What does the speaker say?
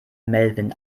melvin